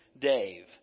Dave